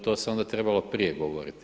To se onda trebalo prije govoriti.